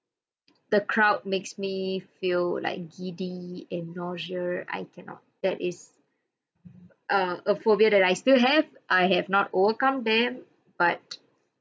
the crowd makes me feel like giddy and nausea I cannot that is err a phobia that I still have I have not overcome them but